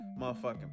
motherfucking